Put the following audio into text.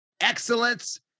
excellence